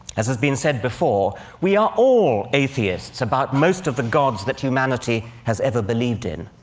as has been said before, we are all atheists about most of the gods that humanity has ever believed in.